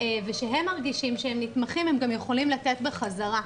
ושהם מרגישים שהם נתמכים, הם גם יכולים לתת בחזרה.